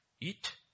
eat